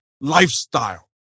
lifestyle